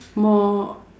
more